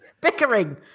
Bickering